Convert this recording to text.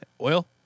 oil